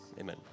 Amen